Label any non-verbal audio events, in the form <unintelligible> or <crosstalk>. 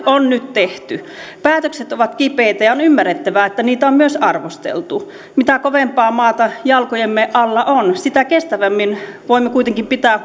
on nyt tehty päätökset ovat kipeitä ja on ymmärrettävää että niitä on myös arvosteltu mitä kovempaa maata jalkojemme alla on sitä kestävämmin voimme kuitenkin pitää <unintelligible>